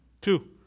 Two